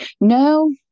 No